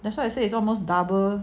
that's why I say it's almost double